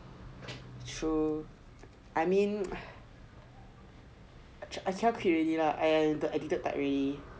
true I mean I cannot quit already lah and I addicted type already